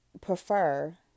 prefer